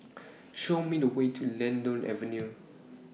Show Me The Way to Lentor Avenue